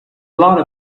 lot